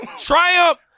triumph